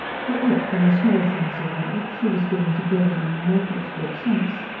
for if, in the small things of life, she was given to building on a mortal's good sense,